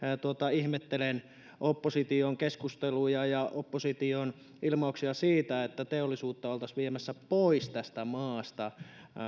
ihmettelen opposition keskusteluja ja ja opposition ilmauksia siitä että teollisuutta oltaisiin viemässä pois tästä maasta